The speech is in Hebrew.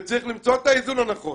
וצריך למצוא את האיזון הנכון